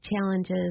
challenges